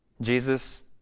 Jesus